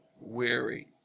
weary